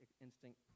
instinct